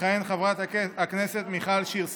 תכהן חברת הכנסת מיכל שיר סגמן,